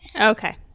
okay